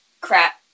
crap